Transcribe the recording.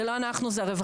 זה לא אנחנו זה הרווחה.